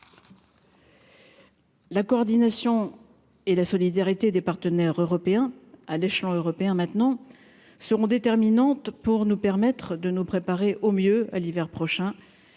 La coordination et la solidarité des partenaires européens, à l'échelon européen maintenant seront déterminantes pour nous permettre de nous préparer au mieux à l'hiver prochain